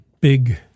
big